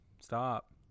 Stop